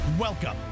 Welcome